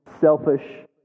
selfish